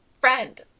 friend